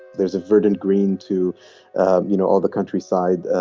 there's a verdant green to you know all the countryside.